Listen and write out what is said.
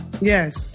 Yes